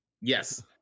yes